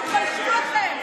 תתביישו לכם.